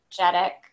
energetic